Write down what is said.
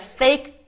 fake